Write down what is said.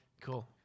Cool